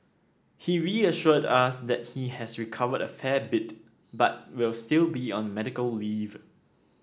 he reassured us that he has recovered a fair bit but will still be on medical leave